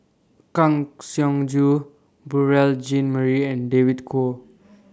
Kang Siong Joo Beurel Jean Marie and David Kwo